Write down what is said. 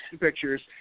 pictures